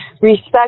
respect